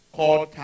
Called